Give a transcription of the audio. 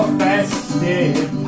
festive